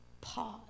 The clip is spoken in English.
Pause